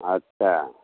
अच्छा